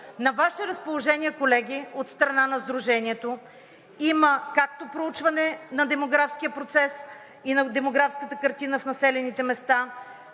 На Ваше разположение, колеги, от страна на Сдружението, има както проучване на демографския процес и на демографската картина в населените места,